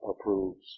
approves